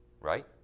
Right